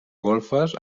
golfes